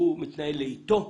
הוא מתנהל לאיטו,